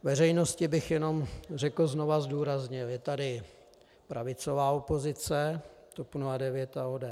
Veřejnosti bych jenom řekl znova a zdůraznil: Je tady pravicová opozice, TOP 09 a ODS.